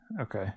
okay